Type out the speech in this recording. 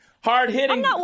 Hard-hitting